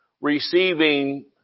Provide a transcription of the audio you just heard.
Receiving